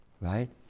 right